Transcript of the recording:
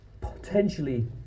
potentially